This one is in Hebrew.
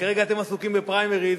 כרגע אתם עסוקים בפריימריס,